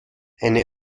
eine